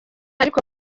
ariko